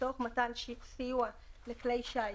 לצורך מתן סיוע לכלי שיט,